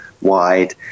wide